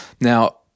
Now-